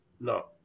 no